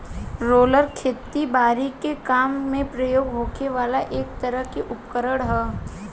roller खेती बारी के काम में प्रयोग होखे वाला एक तरह के उपकरण ह